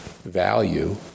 value